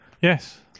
Yes